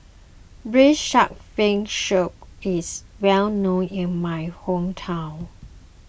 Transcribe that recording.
Braised Shark Fin Soup is well known in my hometown